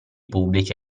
pubblici